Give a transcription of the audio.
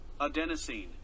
Adenosine